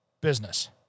business